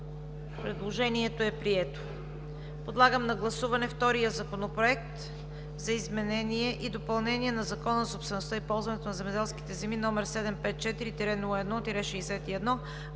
Предложението е прието. Подлагам на гласуване втория Законопроект за изменение и допълнение на Закона за собствеността и ползването на земеделските земи № 754-01-61,